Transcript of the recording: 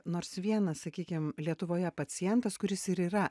nors vienas sakykim lietuvoje pacientas kuris ir yra